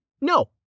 No